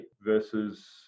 versus